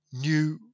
new